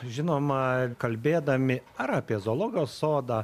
žinoma kalbėdami ar apie zoologijos sodą